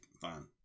fine